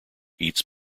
eats